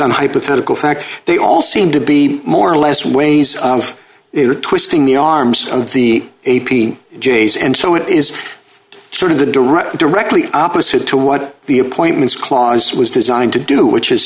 on hypothetical fact they all seem to be more or less ways of twisting the arms of the a p j s and so it is sort of a direct directly opposite to what the appointments clause was designed to do which is